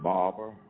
Barber